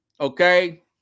Okay